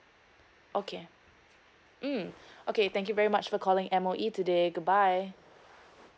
okay mm okay thank you very much for calling M_O_E today goodbye